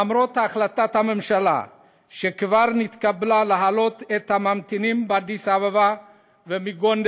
למרות שהתקבלה החלטת הממשלה להעלות את הממתינים באדיס אבבה ובגונדר,